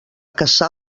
caçar